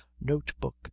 notebook